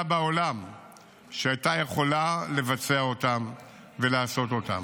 בעולם שהייתה יכולה לבצע אותם ולעשות אותם.